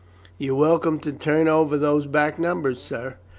you're welcome to turn over those back numbers, sir,